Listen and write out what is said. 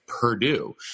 Purdue